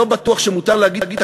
שלא בטוח שמותר להגיד,